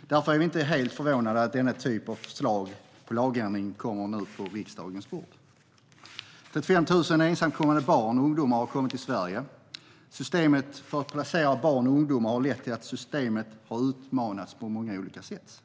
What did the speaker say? Därför är vi inte helt förvånade över att den här typen av förslag på lagändring nu hamnar på riksdagens bord. Det har kommit 35 000 ensamkommande barn och ungdomar till Sverige. Systemet för att placera barn och ungdomar har utmanats på många olika sätt.